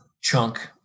chunk